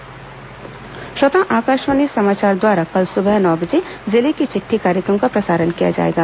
जिले की चिट्ठी श्रोताओं आकाशवाणी समाचार द्वारा कल सुबह नौ बजे जिले की चिट्ठी कार्यक्रम का प्रसारण किया जाएगा